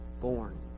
born